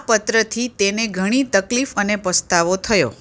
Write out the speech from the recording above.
આ પત્રથી તેને ઘણી તકલીફ અને પસ્તાવો થયો